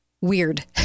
weird